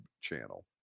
channel